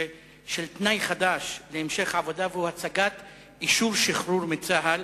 של תנאי חדש להמשך העבודה: הצגת אישור שחרור מצה"ל,